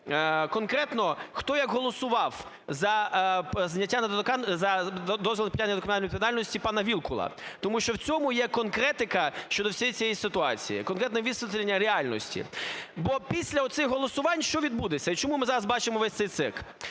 конкретно, хто як голосував за зняття недоторканності, за дозвіл на притягнення до кримінальної відповідальності пана Вілкула, тому що в цьому є конкретика щодо всієї цієї ситуації, конкретне висвітлення реальності. Бо після оцих голосувань що відбудеться і чому ми зараз бачимо весь цей цирк?